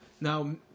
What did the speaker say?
now